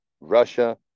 Russia